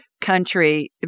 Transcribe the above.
country